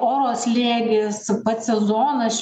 oro slėgis pats sezonas